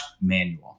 manual